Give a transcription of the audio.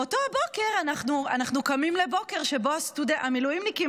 באותו בוקר אנחנו קמים לבוקר שבו המילואימניקים